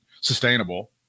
sustainable